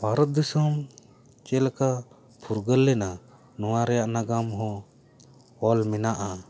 ᱵᱷᱟᱨᱚᱛ ᱫᱤᱥᱚᱢ ᱪᱮᱫ ᱞᱮᱠᱟ ᱯᱷᱩᱨᱜᱟᱹᱞ ᱞᱮᱱᱟ ᱱᱚᱣᱟ ᱨᱮᱭᱟᱜ ᱱᱟᱜᱟᱢ ᱦᱚᱸ ᱚᱞ ᱢᱮᱱᱟᱜᱼᱟ